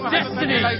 Destiny